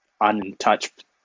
untouched